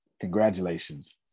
Congratulations